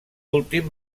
últim